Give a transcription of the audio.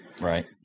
Right